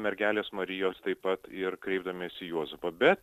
mergelės marijos taip pat ir kreipdamiesi į juozapą bet